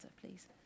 please